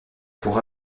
pour